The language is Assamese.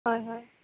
হয় হয়